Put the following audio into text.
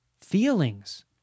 feelings